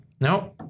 No